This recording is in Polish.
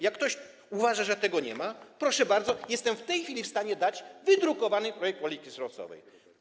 Jak ktoś uważa, że tego nie ma, proszę bardzo, jestem w tej chwili w stanie dać wydrukowany projekt polityki surowcowej.